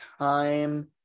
time